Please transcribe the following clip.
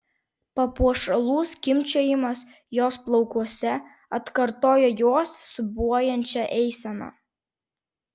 papuošalų skimbčiojimas jos plaukuose atkartojo jos siūbuojančią eiseną